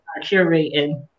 curating